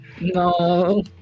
No